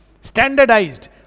Standardized